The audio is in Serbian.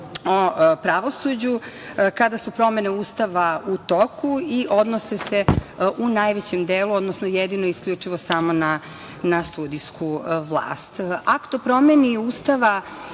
o pravosuđu kada su promene Ustava u toku i odnose se u najvećem delu, odnosno jedino i isključivo samo na sudijsku vlast. Akt o promeni Ustava